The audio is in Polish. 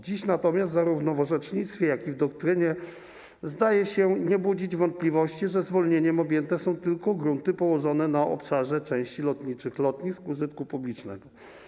Dziś natomiast zarówno w orzecznictwie, jak i w doktrynie zdaje się nie budzić wątpliwości to, że zwolnieniem objęte są tylko grunty położone na obszarze części lotniczych lotnisk użytku publicznego.